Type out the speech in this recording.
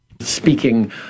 speaking